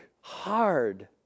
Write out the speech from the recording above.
hard